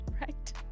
Right